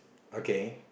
okay